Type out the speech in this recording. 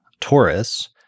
Taurus